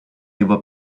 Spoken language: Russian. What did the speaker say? либо